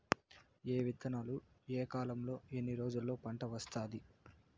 ఏ విత్తనాలు ఏ కాలంలో ఎన్ని రోజుల్లో పంట వస్తాది?